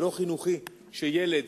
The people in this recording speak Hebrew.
זה לא חינוכי שילד